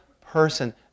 person